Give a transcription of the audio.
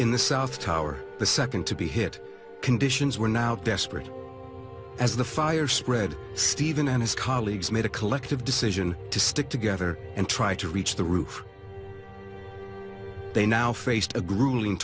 in the south tower the second to be hit conditions were now desperate as the fire spread stephen and his colleagues made a collective decision to stick together and try to reach the roof they now faced a grueling